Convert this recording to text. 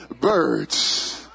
birds